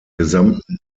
gesamten